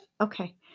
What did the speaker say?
Okay